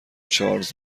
چارلز